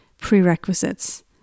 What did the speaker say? prerequisites